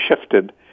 shifted